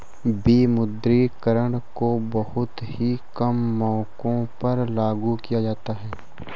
विमुद्रीकरण को बहुत ही कम मौकों पर लागू किया जाता है